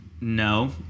No